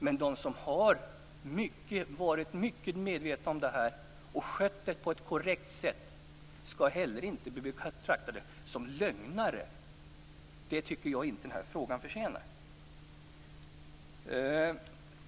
Men de som har varit mycket medvetna om det här och som har skött detta på ett korrekt sätt skall inte bli betraktade som lögnare. Det tycker jag inte att den här frågan förtjänar.